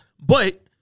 But-